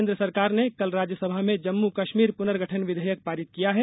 केंद्र सरकार ने कल राज्यसभा में जम्मू कश्मीर प्नन्गठन विधेयक पारित किया है